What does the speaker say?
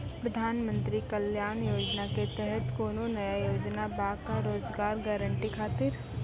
प्रधानमंत्री कल्याण योजना के तहत कोनो नया योजना बा का रोजगार गारंटी खातिर?